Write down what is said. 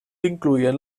incloïen